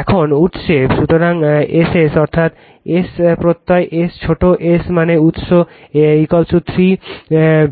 এখন উৎসে সুতরাং S s অর্থাৎ S প্রত্যয় s ছোট s মানে উৎস 3